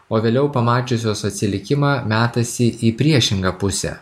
o vėliau pamačiusios atsilikimą metasi į priešingą pusę